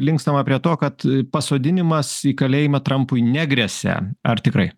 linkstama prie to kad pasodinimas į kalėjimą trampui negresia ar tikrai